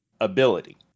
ability